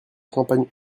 campagne